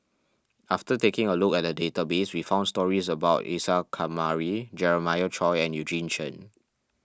after taking a look at the database we found stories about Isa Kamari Jeremiah Choy and Eugene Chen